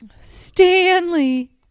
Stanley